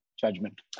judgment